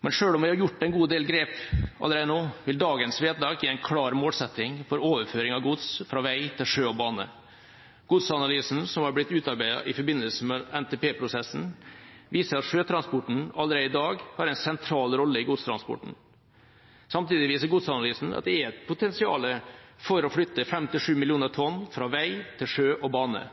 Men selv om vi har tatt en del grep allerede, vil dagens vedtak gi en klar målsetting for overføring av gods fra vei til sjø og bane. Godsanalysen som har blitt utarbeidet i forbindelse med NTP-prosessen, viser at sjøtransporten allerede i dag har en sentral rolle i godstransporten. Samtidig viser godsanalysen at det er et potensial for å flytte 5–7 mill. tonn fra vei til sjø og bane.